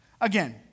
Again